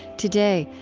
today,